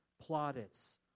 plaudits